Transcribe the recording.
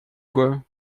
quoi